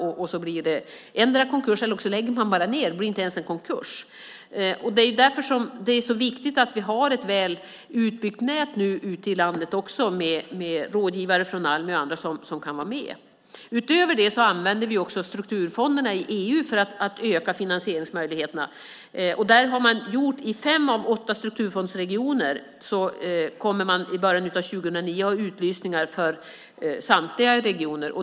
Antingen blir det en konkurs, eller också lägger man ned. Det blir kanske inte ens en konkurs. Därför är det så viktigt att vi har ett väl utbyggt nät i landet med rådgivare från Almi och andra. Utöver det använder vi strukturfonderna i EU för att öka finansieringsmöjligheterna. I fem av åtta strukturfondsregioner kommer man i början av 2009 att ha utlysningar för samtliga regioner.